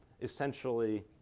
essentially